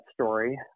story